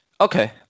Okay